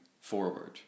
forward